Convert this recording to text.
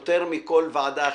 יותר מכל ועדה אחרת,